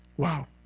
Wow